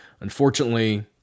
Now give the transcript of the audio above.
unfortunately